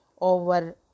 over